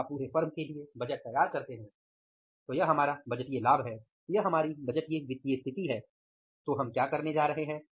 जब आप पूरे फर्म के लिए बजट तैयार करते हैं तो यह हमारा बजटीय लाभ है यह हमारी बजटीय वित्तीय स्थिति है तो हम क्या करने जा रहे हैं